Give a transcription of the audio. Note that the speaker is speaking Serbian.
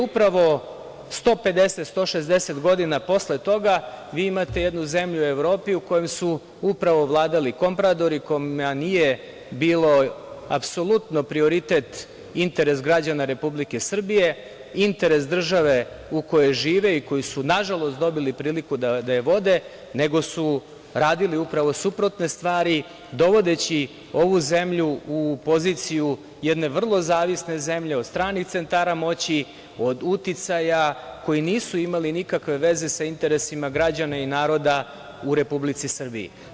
Upravo 150, 160 godina posle toga vi imate jednu zemlju u Evropi kojom su upravo vladali kompradori kojima nije bilo apsolutno prioritet interes građana Republike Srbije, interes države u kojoj žive i koju su, nažalost, dobili priliku da vode, nego su radili upravo suprotne stvari dovodeći ovu zemlju u poziciju jedne vrlo zavisne zemlje od stranih centara moći, od uticaja koji nisu imali nikakve veze sa interesima građana i naroda u Republici Srbiji.